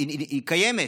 היא קיימת.